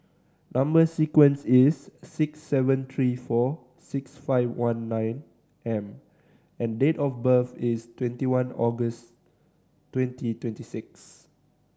number sequence is six seven three four six five one nine M and date of birth is twenty one August twenty twenty six